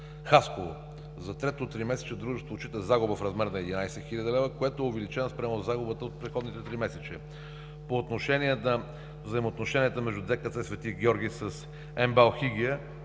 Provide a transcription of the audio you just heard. Хасково. За третото тримесечие, дружеството отчита загуба в размер на 11 хил. лв., което е увеличено спрямо загубата от предходните тримесечия. По отношение на взаимоотношенията между ДКЦ „Свети Георги“ с МБАЛ „Хигия“,